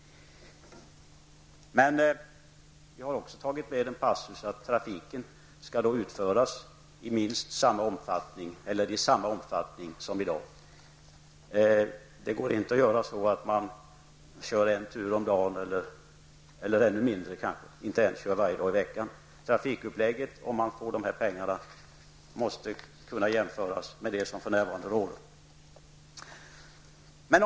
Vi har då tagit med en passus om att trafiken skall drivas i samma omfattning som i dag. Det går inte att göra så att man kör en tur om dagen eller kanske inte ens kör varje dag i veckan. Trafikuppläggningen måste kunna jämföras med den som för närvarande råder om man skall kunna få de här pengarna.